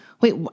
Wait